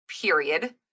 period